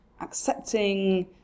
accepting